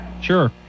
Sure